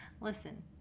Listen